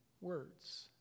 words